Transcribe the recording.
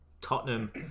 Tottenham